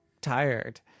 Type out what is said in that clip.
tired